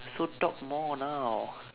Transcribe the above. so talk more now